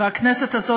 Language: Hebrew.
והכנסת הזאת,